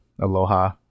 aloha